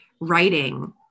writing